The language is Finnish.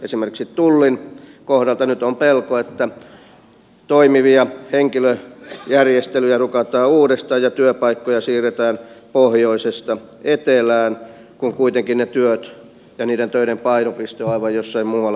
esimerkiksi tullin kohdalla nyt on pelko että toimivia henkilöjärjestelyjä rukataan uudestaan ja työpaikkoja siirretään pohjoisesta etelään kun kuitenkin ne työt ja niiden töiden painopiste ovat aivan jossain muualla kuin pääkaupunkiseudulla